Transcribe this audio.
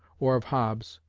or of hobbes,